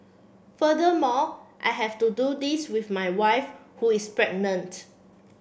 furthermore I have to do this with my wife who is pregnant